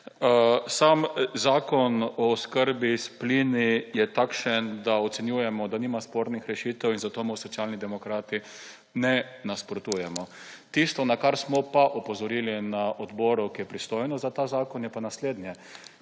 Zakon o oskrbi s plini je takšen, da ocenjujemo, da nima spornih rešitev, in zato mu Socialni demokrati ne nasprotujemo. Tisto, na kar smo opozorili na odboru, ki je pristojen za ta zakon, je pa naslednje.